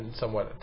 somewhat